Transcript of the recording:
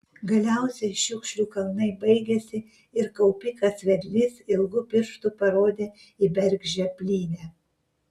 galiausiai šiukšlių kalnai baigėsi ir kaupikas vedlys ilgu pirštu parodė į bergždžią plynę